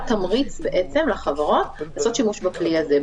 תמריץ לחברות לעשות שימוש בכלי הזה.